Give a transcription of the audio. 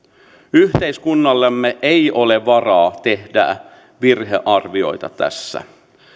yhteiskunnallamme ei ole varaa tehdä virhearvioita tässä